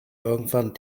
irgendwann